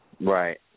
Right